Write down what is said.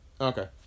Okay